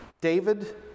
David